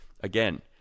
again –